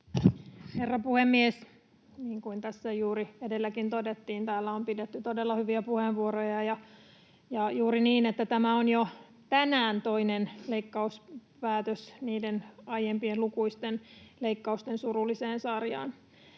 Herra puhemies! Niin kuin tässä juuri edelläkin todettiin, täällä on pidetty todella hyviä puheenvuoroja, ja juuri niin, tämä on tänään jo toinen leikkauspäätös niiden aiempien lukuisten leikkausten surulliseen sarjaan.